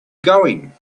going